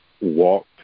Walked